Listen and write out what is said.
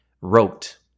wrote